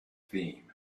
theme